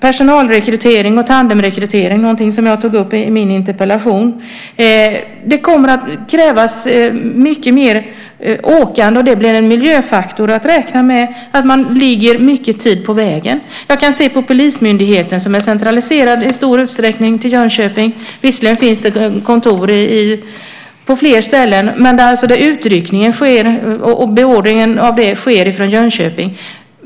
Personalrekrytering och tandemrekrytering är något som jag tog upp i min interpellation. Det kommer att krävas mycket mer åkande, och det blir en miljöfaktor att räkna med när man ligger mycket tid på vägen. Jag kan se på polismyndigheten, som är centraliserad till Jönköping i stor utsträckning. Visserligen finns det kontor på flera ställen men beordringen av utryckning sker från Jönköping.